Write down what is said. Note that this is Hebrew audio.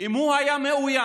אם הוא היה מאוים.